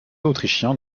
autrichiens